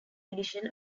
edition